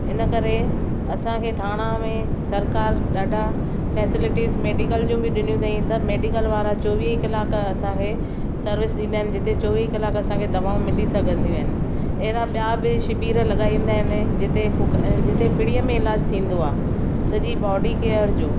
हिन करे असांखे थाणा में सरकार ॾाढा फैसिलिटीज़ मेडिकल जी बि ॾिनियूं अथई सभु मेडिकल वारा बि चोवीह कलाक असांखे सर्विस ॾींदा आहिनि जिथे चोवीह कलाक असांखे दवाऊं मिली सघंदियूं आहिनि अहिड़ा ॿिया बि शिविर लॻाईंदा आहिनि जिथे फ़्रीअ में इलाजु थींदो आहे सॼी बॉडी केयर जो